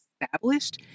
established